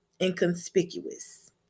inconspicuous